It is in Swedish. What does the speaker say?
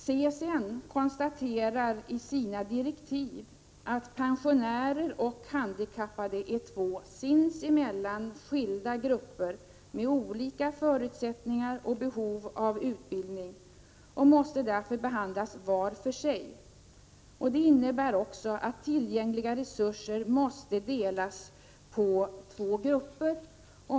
CSN konstaterar i sina direktiv att pensionärer och handikappade är två sinsemellan skilda grupper med olika förutsättningar och behov av utbildning och att de därför måste behandlas var för sig. Det innebär också att tillgängliga resurser måste delas på två grupper.